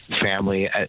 family